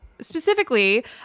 Specifically